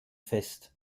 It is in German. fest